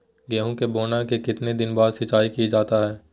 गेंहू के बोने के कितने दिन बाद सिंचाई किया जाता है?